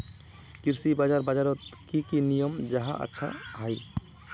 कृषि बाजार बजारोत की की नियम जाहा अच्छा हाई?